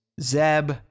Zeb